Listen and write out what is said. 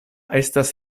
estas